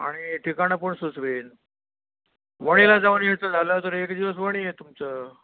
आणि ठिकाणं पण सुचवेल वणीला जाऊन यायचं झालं तर एक दिवस वणी आहे तुमचं